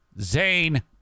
Zane